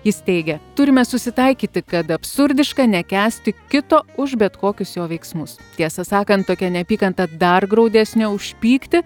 jis teigia turime susitaikyti kad absurdiška nekęsti kito už bet kokius jo veiksmus tiesą sakant tokia neapykanta dar graudesnė už pyktį